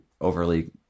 overly